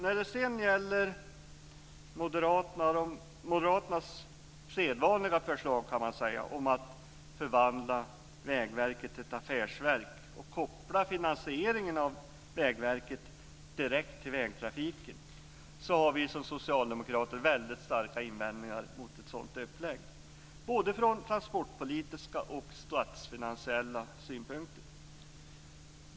När det sedan gäller moderaternas - låt mig säga så - sedvanliga förslag att Vägverket ska omvandlas till ett affärsverk och att finansieringen av Vägverket direkt ska kopplas till vägtrafiken har vi socialdemokrater starka invändningar mot en sådan uppläggning, både från transportpolitiska och från statsfinansiella synpunkter.